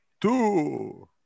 two